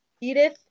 Edith